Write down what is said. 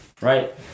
right